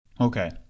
Okay